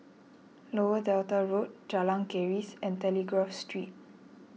Lower Delta Road Jalan Keris and Telegraph Street